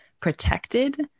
protected